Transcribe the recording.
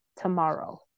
tomorrow